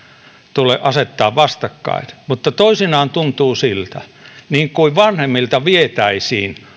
tule asettaa vastakkain mutta toisinaan tuntuu siltä kuin vanhemmilta vietäisiin